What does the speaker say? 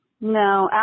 no